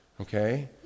Okay